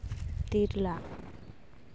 Tilka